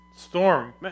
Storm